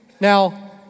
Now